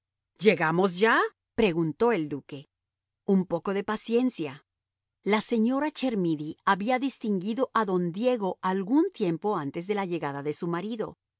llegamos ya preguntó el duque un poco de paciencia la señora chermidy había distinguido a don diego algún tiempo antes de la llegada de su marido